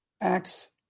Acts